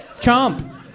chomp